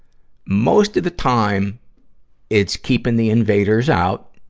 most of the time it's keeping the invaders out.